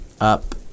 up